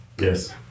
Yes